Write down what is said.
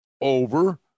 over